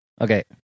Okay